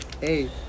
hey